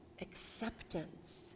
Acceptance